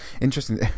Interesting